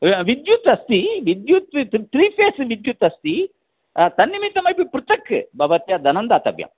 व्य विद्युत् अस्ति विद्युत् त्री फ़ेस् विद्युत् अस्ति तन्निमित्तमपि पृथक् भवत्या धनं दातव्यम्